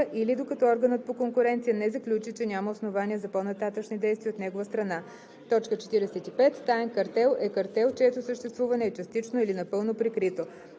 или докато органът по конкуренция не заключи, че няма основания за по-нататъшни действия от негова страна. 45. „Таен картел“ е картел, чието съществуване е частично или напълно прикрито.